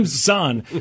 son